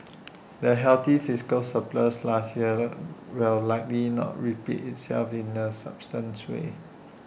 the healthy fiscal surplus last year will likely not repeat itself in A sustainable way